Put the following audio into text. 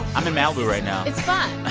i'm in malibu right now it's fun